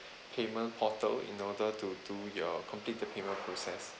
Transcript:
payment portal in order to do your complete the payment process